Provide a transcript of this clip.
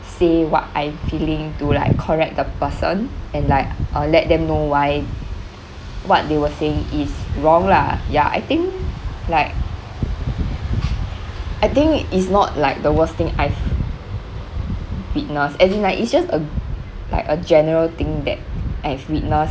say what I'm feeling to like correct the person and like I'll let them know why what they were saying is wrong lah ya I think like I think it's not like the worst thing I witnessed and it's like it's just a like a general thing that I've witnessed